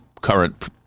current